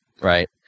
Right